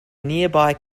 nearby